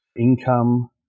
income